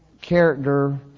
character